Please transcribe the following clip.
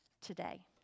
today